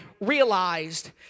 realized